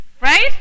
Right